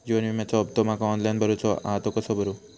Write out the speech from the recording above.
जीवन विम्याचो हफ्तो माका ऑनलाइन भरूचो हा तो कसो भरू?